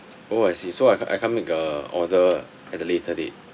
oh I see so I can't I can't make a order at a later date